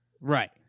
Right